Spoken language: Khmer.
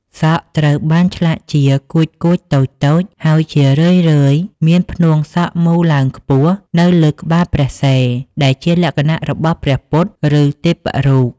សក់ត្រូវបានឆ្លាក់ជា កួចៗតូចៗ ហើយជារឿយៗមានផ្នួងសក់មូលឡើងខ្ពស់នៅលើក្បាលព្រះសិរ ដែលជាលក្ខណៈរបស់ព្រះពុទ្ធ ឬទេពរូប។